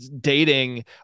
dating